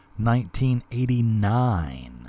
1989